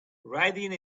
riding